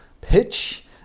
pitch